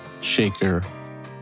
shaker